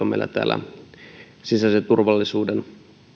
meillä täällä sisäisen turvallisuuden